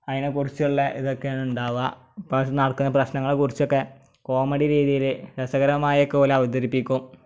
അതിനെക്കുറിച്ചുള്ള ഇതൊക്കെയാണ് ഉണ്ടാകുക നടക്കുന്ന പ്രശ്നങ്ങളെ കുറിച്ചൊക്കെ കോമഡി രീതിയിൽ രസകരമായൊക്കോല് അവതരിപ്പിക്കും